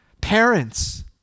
Parents